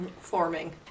Forming